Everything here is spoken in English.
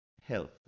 health